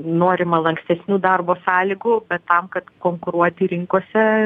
norima lankstesnių darbo sąlygų tam kad konkuruoti rinkose